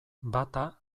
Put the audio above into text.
bata